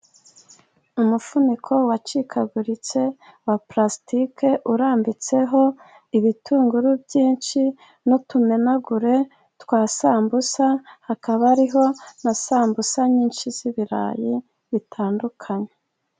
Umufuniko wacikaguritse wa pulastike urambitseho ibitunguru byinshi, n'utumenagure twa sambusa. Hakaba hariho na sambusa nyinshi z'ibirayi bitandukanye.